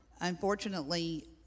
Unfortunately